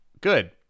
good